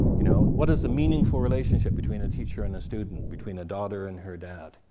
you know what is a meaningful relationship between a teacher and a student, between a daughter and her dad?